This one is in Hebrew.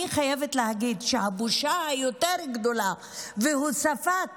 אני חייבת להגיד שהבושה היותר-גדולה והוספת